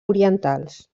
orientals